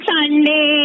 Sunday